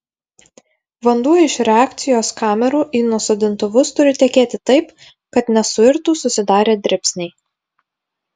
vanduo iš reakcijos kamerų į nusodintuvus turi tekėti taip kad nesuirtų susidarę dribsniai